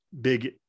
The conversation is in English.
big